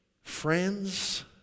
Friends